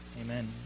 Amen